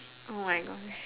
oh my gosh